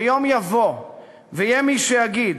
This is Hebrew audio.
ויום יבוא ויהיה מי שיגיד: